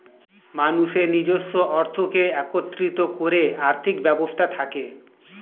মানুষের নিজস্ব অর্থকে একত্রিত করে আর্থিক ব্যবস্থা থাকে